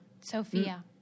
Sophia